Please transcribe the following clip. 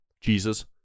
Jesus